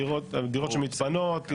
דירות שמתפנות,